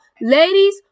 ladies